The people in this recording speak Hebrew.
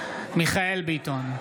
מיכאל מרדכי ביטון,